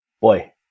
Boy